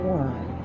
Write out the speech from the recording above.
one